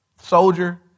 soldier